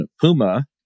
Puma